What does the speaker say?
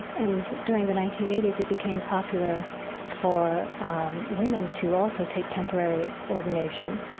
and during the nineteen eighty s, it became popular for women to also take temporary ordination.